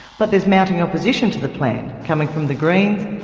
but there's mounting opposition to the plan, coming from the greens,